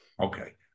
Okay